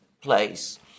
place